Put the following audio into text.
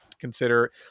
consider